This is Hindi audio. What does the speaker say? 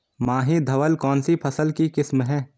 माही धवल कौनसी फसल की किस्म है?